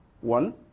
One